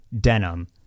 denim